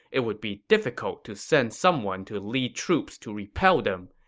it would be difficult to send someone to lead troops to repel them.